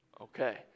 okay